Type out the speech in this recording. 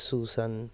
Susan